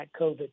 COVID